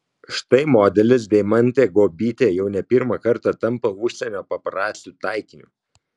štai modelis deimantė guobytė jau ne pirmą kartą tampa užsienio paparacių taikiniu